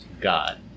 God